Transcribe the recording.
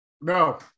No